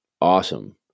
awesome